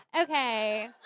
Okay